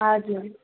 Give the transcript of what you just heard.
हजुर